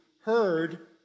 heard